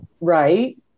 Right